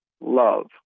love